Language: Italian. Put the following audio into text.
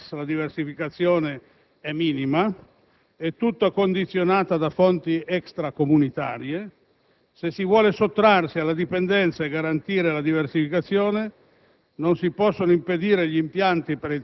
per la dipendenza dall'importazione di gas la diversificazione è minima, e tutta condizionata da fonti extracomunitarie. Se si vuole sottrarsi alla dipendenza e garantire la diversificazione,